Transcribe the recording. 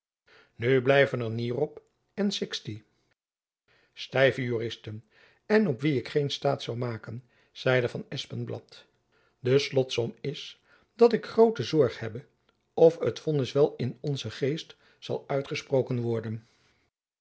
nu blijven er nierop en sixti stijve juristen en op wie ik geen staat zoû maken zeide van espenblad de slotsom is jacob van lennep elizabeth musch dat ik groote zorg hebbe of t vonnis wel in onzen geest zal uitgesproken worden